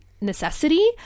necessity